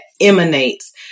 emanates